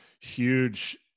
huge